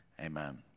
Amen